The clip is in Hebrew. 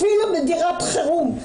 אפילו בדירת חירום,